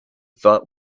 thought